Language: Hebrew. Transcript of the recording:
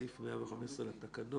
סעיף 115 לתקנות